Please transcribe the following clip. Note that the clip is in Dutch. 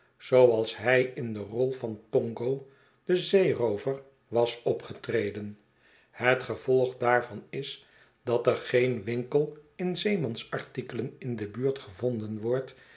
zooals hij in de rol van tongo den zeeroover was opgetreden het gevolg daarvan is dat er geen winkel in zeemansartikelen in de buurt gevonden wordt